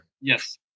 yes